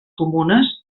comunes